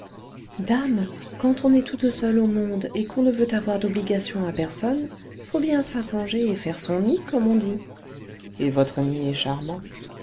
dame quand on est toute seule au monde et qu'on ne veut avoir d'obligation à personne faut bien s'arranger et faire son nid comme on dit et votre nid est charmant